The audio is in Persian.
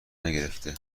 نگرفته